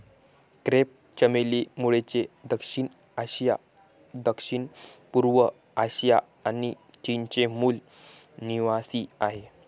crepe चमेली मूळचे दक्षिण आशिया, दक्षिणपूर्व आशिया आणि चीनचे मूल निवासीआहे